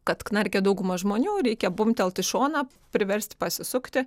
kad knarkia dauguma žmonių reikia bumbtelt į šoną priversti pasisukti